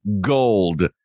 gold